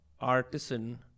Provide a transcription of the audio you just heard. artisan